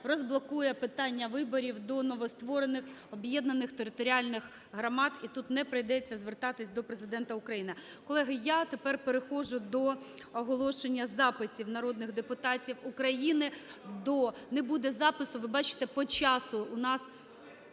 розблокує питання виборів до новостворених об'єднаних територіальних громад і тут не прийдеться звертатись до Президента України. Колеги, я тепер переходжу до оголошення запитів народних депутатів України, до… Не буде запису, ви бачите, по часу у нас…